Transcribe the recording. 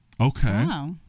Okay